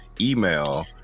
email